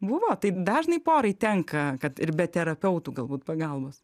buvo taip dažnai porai tenka kad ir be terapeutų galbūt pagalbos